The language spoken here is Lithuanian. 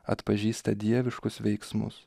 atpažįsta dieviškus veiksmus